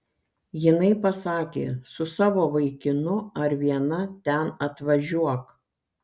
jinai pasakė su savo vaikinu ar viena ten atvažiuok